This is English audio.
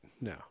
No